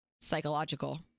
psychological